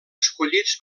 escollits